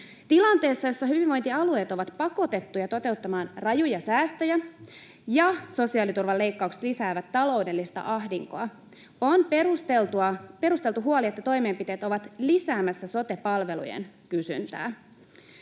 Tilanteessa, jossa hyvinvointialueet ovat pakotettuja toteuttamaan rajuja säästöjä ja sosiaaliturvan leikkaukset lisäävät taloudellista ahdinkoa, on perusteltu huoli, että toimenpiteet ovat lisäämässä sote-palvelujen kysyntää.